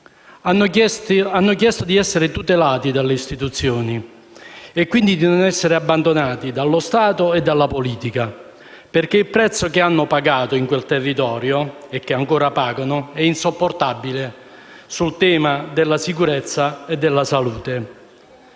Hanno chiesto di essere tutelati dalle istituzioni e quindi di non essere abbandonati dallo Stato e dalla politica, perché il prezzo che hanno pagato in quel territorio, e che ancora pagano, è insopportabile sul versante della sicurezza e della salute.